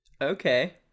Okay